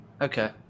Okay